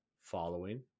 following